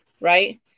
right